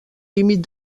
límit